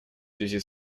связи